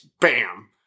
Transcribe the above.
Bam